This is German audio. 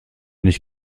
nicht